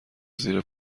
زیر